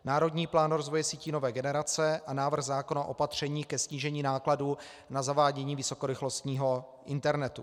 Národní plán rozvoje sítí nové generace a návrh zákona opatření ke snížení nákladů na zavádění vysokorychlostního internetu.